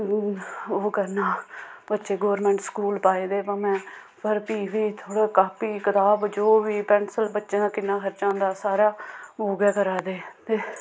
ओह् करना बच्चे गौरमेंट स्कूल पाए दे भामें पर फ्ही बी थोह्ड़ा कापी कताब जो बी पैंसिल बच्चें दा किन्ना खर्चा होंदा सारा ओह् गै करा दे ते